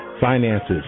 finances